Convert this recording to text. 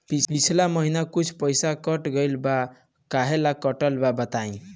पिछला महीना कुछ पइसा कट गेल बा कहेला कटल बा बताईं?